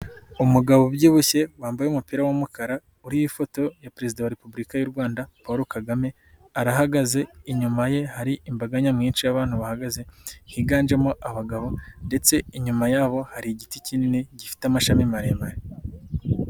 Umugabo ubyibushye wambaye umupira w'umukara, uriho ifoto ya Perezida wa repubulika y'u Rwanda Paul Kagame, arahagaze, inyuma ye hari imbaga nyamwinshi y'abantu bahagaze higanjemo abagabo ndetse inyuma yabo hari igiti kinini gifite amashami maremare.